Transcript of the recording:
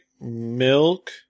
milk